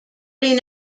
این